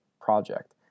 project